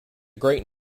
great